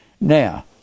Now